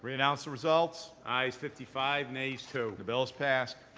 but announce the result. ayes fifty five, nays two. the bill is passed.